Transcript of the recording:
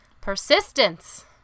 persistence